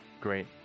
Great